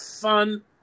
fun